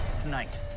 Tonight